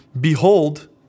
Behold